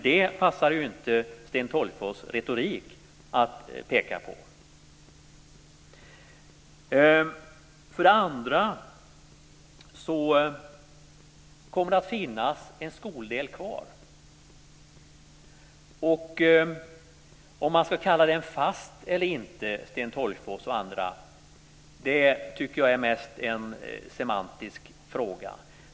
Det passar inte Sten Tolgfors retorik att peka på detta. En skoldel kommer att finnas kvar. Om man, Sten Tolgfors och andra, ska kalla den fast eller inte tycker jag mest är en semantisk fråga.